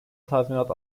tazminat